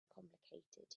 complicated